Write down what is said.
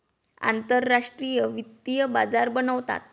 आंतरराष्ट्रीय वित्तीय बाजार बनवतात